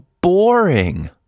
boring